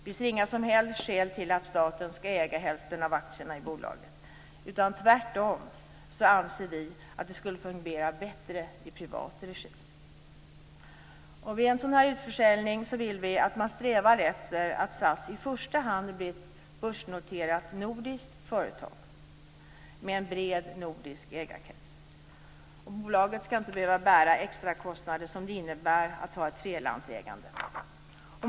Vi ser inga som helst skäl till att staten skall äga hälften av aktierna i bolaget. Tvärtom skulle det fungera bättre i privat regi. Vid en sådan utförsäljning vill vi att man skall sträva efter att SAS i första hand blir ett börsnoterat nordiskt företag med en bred nordisk ägarkrets. Bolaget skall inte behöva att bära de extrakostnader som det innebär att ha ett trelandsägande.